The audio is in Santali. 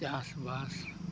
ᱪᱟᱥᱵᱟᱥ